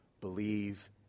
Believe